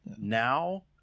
Now